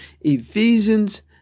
Ephesians